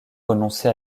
renoncer